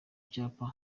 cyapa